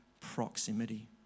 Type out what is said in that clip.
proximity